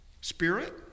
Spirit